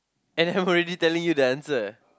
and I'm already telling you the answer